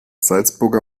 salzburger